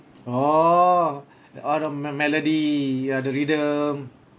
oh oh the me~ melody ya the rhythm